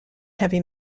heavy